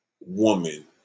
woman